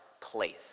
place